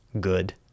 good